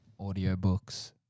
Audiobooks